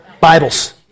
Bibles